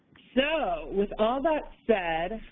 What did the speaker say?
so, with all that said,